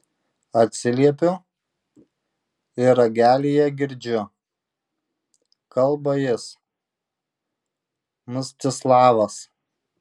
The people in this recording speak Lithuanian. atsiliepiu ir ragelyje girdžiu kalba jis mstislavas